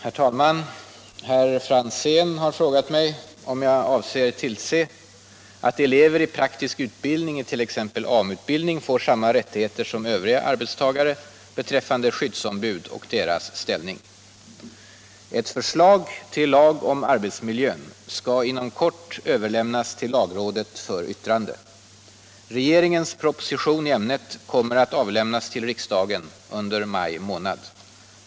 Herr talman! Herr Franzén har frågat mig om jag avser att tillse att elever i praktisk utbildning, t.ex. AMU-utbildning, får samma rättigheter som övriga ”arbetstagare” beträffande skyddsombud och deras ställning. Ett förslag till lag om arbetsmiljön skall inom kort överlämnas till lagrådet för yttrande. Regeringens proposition i ämnet kommer att avlämnas till riksdagen under maj månad.